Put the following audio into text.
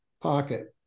pocket